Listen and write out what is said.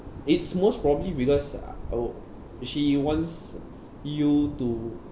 its most probably because uh uh she wants you to